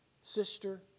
sister